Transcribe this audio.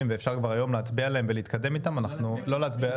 ואפשר כבר היום להצביע עליהם ולהתקדם -- לא להצביע,